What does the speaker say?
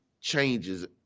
changes